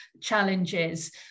challenges